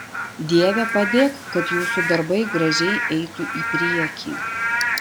dieve padėk kad jūsų darbai gražiai eitų į priekį